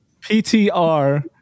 PTR